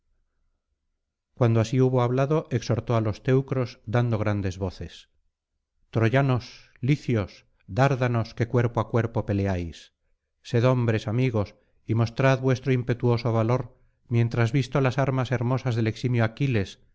cuando así hubo hablado exhortó á los teucros dando grandes voces troyanos licios dárdanos que cuerpo á cuerpo peleáis sed hombres amigos y mostrad vuestro impetuoso valor mientras visto las armas hermosas del eximio aquiles